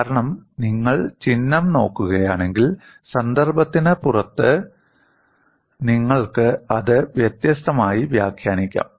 കാരണം നിങ്ങൾ ചിഹ്നം നോക്കുകയാണെങ്കിൽ സന്ദർഭത്തിന് പുറത്ത് നിങ്ങൾക്ക് അത് വ്യത്യസ്തമായി വ്യാഖ്യാനിക്കാം